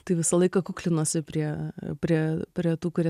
tai visą laiką kuklinuosi prie prie prie tų kurie